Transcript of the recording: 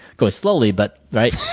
going slowly, but right?